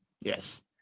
yes